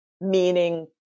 meaning